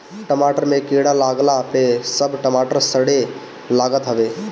टमाटर में कीड़ा लागला पअ सब टमाटर सड़े लागत हवे